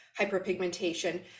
hyperpigmentation